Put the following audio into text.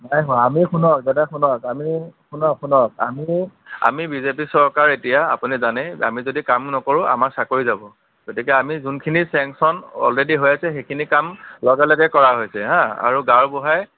নাই হোৱা আমি শুনক দাদা শুনক আমি শুনক শুনক আমি আমি বি জে পি চৰকাৰ এতিয়া আপুনি জানেই আমি যদি কাম নকৰোঁ আমাৰ চাকৰি যাব গতিকে আমি যোনখিনি চেংচন অলৰেডি হৈ আছে সেইখিনি কাম লগে লগে কৰা হৈছে হা আৰু গাঁওবুঢ়াই